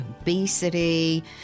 obesity